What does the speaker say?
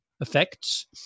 effects